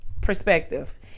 perspective